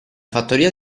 fattoria